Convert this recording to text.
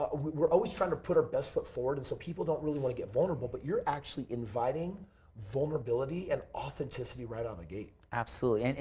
ah we're always trying to put our best foot forward and so people don't really want to get vulnerable. but you're actually inviting vulnerability and authenticity right on the gate. absolutely. and and